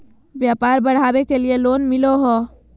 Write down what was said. व्यापार बढ़ावे के लिए लोन मिलो है?